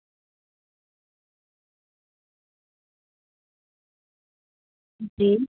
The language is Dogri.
अं